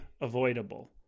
avoidable